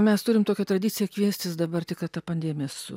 mes turim tokią tradiciją kviestis dabar tik kad ta pandemija su